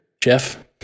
Jeff